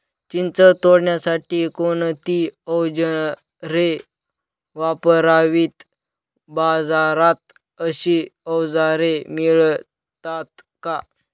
चिंच तोडण्यासाठी कोणती औजारे वापरावीत? बाजारात अशी औजारे मिळतात का?